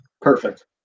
Perfect